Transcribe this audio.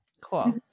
Cool